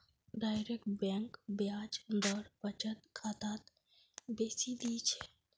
direct bank ब्याज दर बचत खातात बेसी दी छेक